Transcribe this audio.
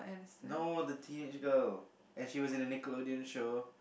no the teenage girl and she was in the Nickelodeon show